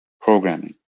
programming